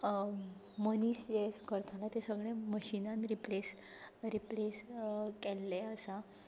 मनीस जे करताले तें सगलें मशिनान रिप्लेस रिप्लेस केल्लें आसा